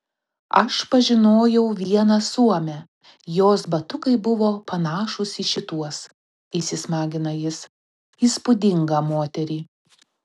aš pažinojau vieną suomę jos batukai buvo panašūs į šituos įsismagina jis įspūdingą moterį